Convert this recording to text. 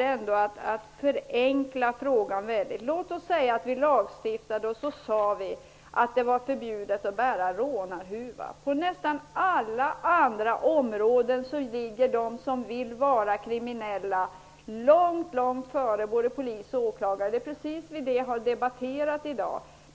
resonera ändå är att förenkla frågan väldigt. Låt oss säga att vi lagstiftade om förbud mot att bära rånarhuva. På nästan alla områden ligger de som vill vara kriminella långt långt före både polis och åklagare. Det är precis detta vi har debatterat i dag.